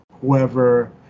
whoever